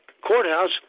courthouse